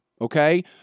Okay